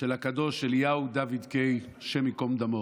של הקדוש אליהו דוד קיי, השם ייקום דמו.